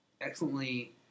excellently